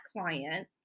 client